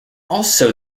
also